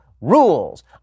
Rules